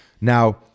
Now